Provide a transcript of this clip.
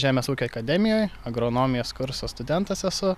žemės ūkio akademijoj agronomijos kurso studentas esu